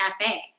cafe